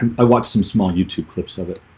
and i watched some small youtube clips of it,